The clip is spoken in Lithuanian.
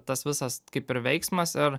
tas visas kaip ir veiksmas ir